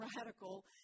radical